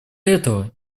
этого